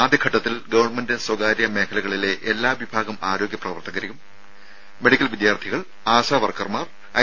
ആദ്യഘട്ടത്തിൽ ഗവൺമെന്റ് സ്വകാര്യ മേഖലകളിലെ എല്ലാ വിഭാഗം ആരോഗ്യ പ്രവർത്തകർ മെഡിക്കൽ വിദ്യാർത്ഥികൾ ആശാവർക്കർമാർ ഐ